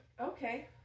okay